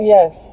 Yes